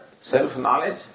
self-knowledge